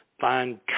find